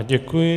Děkuji.